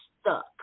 stuck